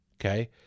Okay